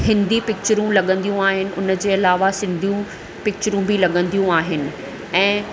हिंदी पिचरूं लॻंदियूं आइन उन जे अलावा सिंधियूं पिचरूं बि लॻंदियूं आहिनि ऐं